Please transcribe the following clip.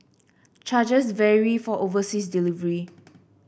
charges vary for overseas delivery